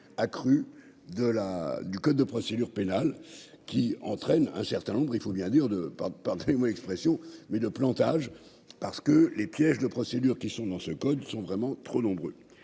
de la du code de procédure pénale, qui entraîne un certain nombre, il faut bien dire de pas, pardonnez-moi l'expression, mais de plantage parce que les pièges de procédures qui sont dans ce code sont vraiment trop nombreux,